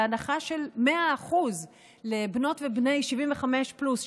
ההנחה של 100% לבנות ובני 75 פלוס,